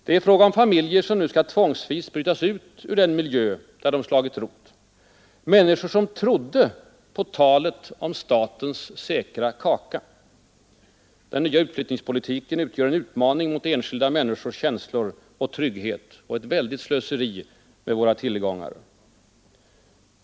Det är fråga om familjer, som nu skall tvångsvis brytas ut ur den miljö, där de slagit rot, människor som trodde på talet om ”statens säkra kaka”. Den nya utflyttningspolitiken utgör en utmaning mot enskilda människors känslor och trygghet och ett väldigt slöseri med våra tillgångar.